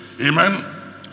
Amen